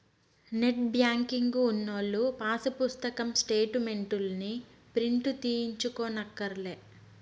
net banking ఉన్నోల్లు pass పుస్తకం స్టేటు మెంట్లుని ప్రింటు తీయించుకోనక్కర్లే